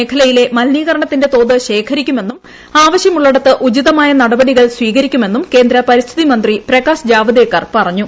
മേഖലയിലെ മലിനീകരണത്തിന്റെ തോത് ശേഖരിക്കുമെന്നും ആവശ്യമുള്ളിടത്ത് ഉചിതമായ നടപടികൾ സ്വീകരിക്കുമെന്നും കേന്ദ്ര പരിസ്ഥിതി മന്ത്രി പ്രകാശ് ജാവദേക്കർ പറഞ്ഞു